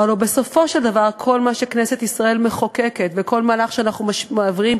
הלוא בסופו של דבר כל מה שכנסת ישראל מחוקקת וכל מהלך שאנחנו מעבירים